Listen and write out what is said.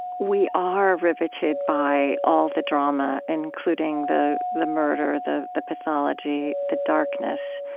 we are riveted by all the drama, including the the murder, the the pathology, the darkness.